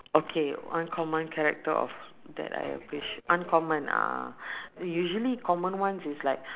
okay uncommon character of that I wish uncommon a'ah usually common ones is like